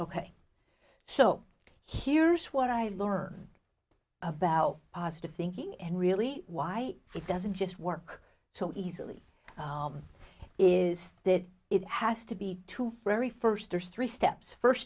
ok so here's what i learned about positive thinking and really why it doesn't just work so easily is that it has to be true for every first there's three steps first